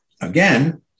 again